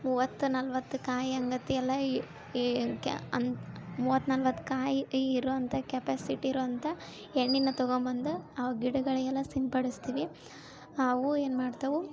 ಮೂವತ್ತು ನಲವತ್ತು ಕಾಯಿ ಅನ್ನಾತಿ ಅಲ್ಲ ಈ ಈ ಕ್ಯಾ ಅಂತ ಮೂವತ್ತು ನಲವತ್ತು ಕಾಯಿ ಇರೋಂಥಾ ಕೆಪ್ಯಾಸಿಟಿ ಇರೋಂಥಾ ಎಣ್ಣೆನ ತೊಗೊಡ್ಬಂದು ಅವ ಗಿಡಗಳಿಗೆಲ್ಲ ಸಿಂಪಡಿಸ್ತೀವಿ ಅವು ಏನು ಮಾಡ್ತಾವು